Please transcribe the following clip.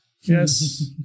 Yes